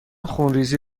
خونریزی